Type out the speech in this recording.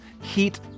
heat